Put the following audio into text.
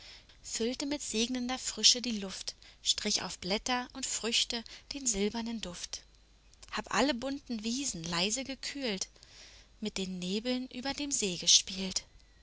füllte mit segnender frische die luft strich auf blätter und früchte den silbernen duft hab alle bunten wiesen leise gekühlt mit den nebeln über dem see gespielt